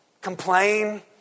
complain